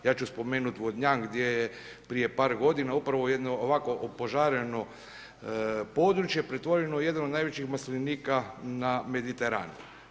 Ja ću spomenuti Vodnjan, gdje je prije par godina upravo jedno ovako opožareno područje pretvoreno u jedan od najvećih maslinika na Mediteranu.